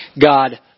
God